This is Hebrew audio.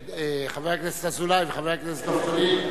חבר הכנסת אזולאי וחבר הכנסת דב חנין,